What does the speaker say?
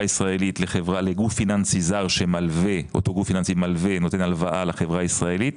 ישראלית לגוף פיננסי זר שמלווה לחברה הישראלית.